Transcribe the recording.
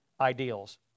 ideals